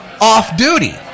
off-duty